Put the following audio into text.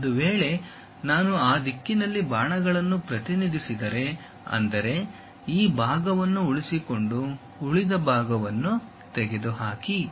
ಒಂದು ವೇಳೆ ನಾನು ಆ ದಿಕ್ಕಿನಲ್ಲಿ ಬಾಣಗಳನ್ನು ಪ್ರತಿನಿಧಿಸಿದರೆ ಅಂದರೆ ಈ ಭಾಗವನ್ನು ಉಳಿಸಿಕೊಂಡು ಉಳಿದ ಭಾಗವನ್ನು ತೆಗೆದುಹಾಕಿ